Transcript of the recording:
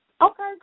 Okay